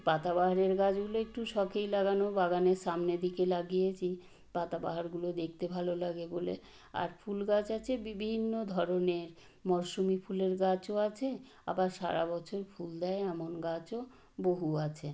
পাতাবাহারের গাছগুলো একটু শখেই লাগানো বাগানের সামনের দিকে লাগিয়েছি পাতাবাহারগুলো দেখতে ভালো লাগে বলে আর ফুল গাছ আছে বিভিন্ন ধরনের মরসুমি ফুলের গাছও আছে আবার সারা বছর ফুল দেয় এমন গাছও বহু আছে